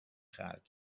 خلق